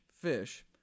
fish